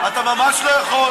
אתה ממש לא יכול.